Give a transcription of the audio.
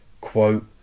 Quote